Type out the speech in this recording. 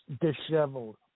disheveled